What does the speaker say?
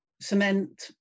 cement